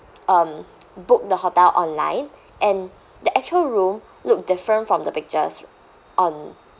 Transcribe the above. um booked the hotel online and the actual room look different from the pictures on